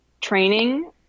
training